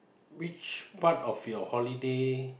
which part of your holiday